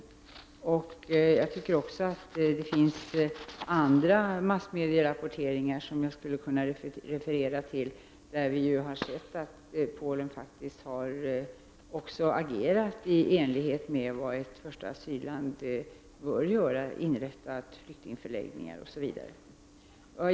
Det finns även andra massmediala rapporteringar som jag skulle kunna referera till, där vi har sett att Polen faktiskt har agerat i enlighet med vad ett första-asyl-land bör göra, inrättat flyktingförläggningar osv.